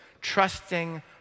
trusting